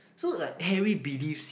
so like Harry believes